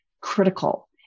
critical